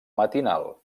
matinal